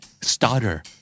Starter